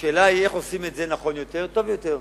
השאלה היא איך עושים את זה נכון יותר וטוב יותר.